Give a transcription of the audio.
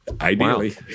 ideally